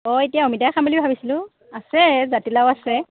অঁ এতিয়া অমিতা খাম বুলি ভাবিছিলোঁ আছে জাতিলাও আছে